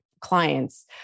clients